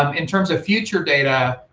um in terms of future data,